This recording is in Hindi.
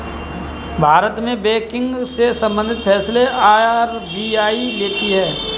भारत में बैंकिंग से सम्बंधित फैसले आर.बी.आई लेती है